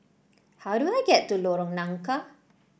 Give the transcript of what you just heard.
how do I get to Lorong Nangka